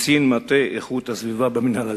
וקצין מטה איכות הסביבה במינהל האזרחי.